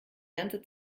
ganze